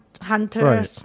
hunter